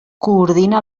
coordina